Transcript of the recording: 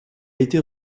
été